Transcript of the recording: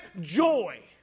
joy